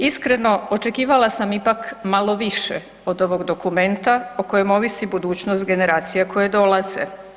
Iskreno, očekivala sam ipak malo više od ovog dokumenta o kojem ovisiti budućnost generacija koje dolaze.